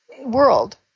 world